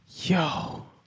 Yo